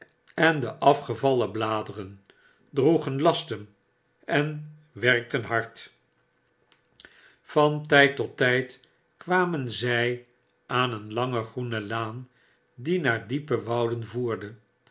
en de afgevallen bladeren droegen lasten en werkten hard yan tijd tot tijd kwamen zij aan een lange groene laan die naar diepere wouden voerde